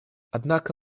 однако